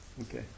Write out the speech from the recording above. Okay